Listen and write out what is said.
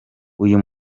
uyu